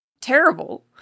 terrible